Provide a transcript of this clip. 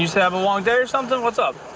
have long there's something was up.